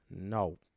No